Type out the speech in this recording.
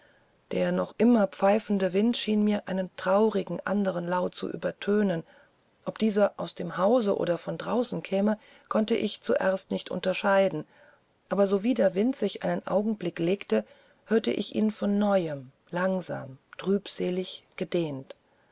der noch immer pfeifende wind schien mir einen traurigen anderen laut zu übertönen ob dieser aus dem hause oder von draußen käme konnte ich zuerst nicht unterscheiden aber sowie der wind sich einen augenblick legte hörte ich ihn von neuem langsam trübselig gedehnt